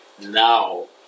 now